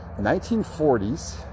1940s